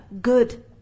Good